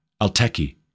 Alteki